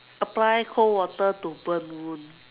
apply cold water to burnt wound